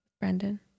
Brendan